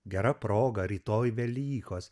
gera proga rytoj velykos